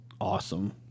awesome